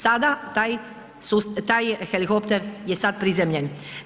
Sada taj helikopter je sad prizemljen.